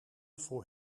voor